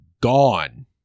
gone